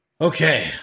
Okay